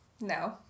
No